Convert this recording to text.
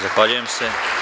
Zahvaljujem se.